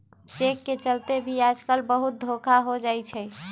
cheque के चलते भी आजकल बहुते धोखा हो जाई छई